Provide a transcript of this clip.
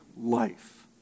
life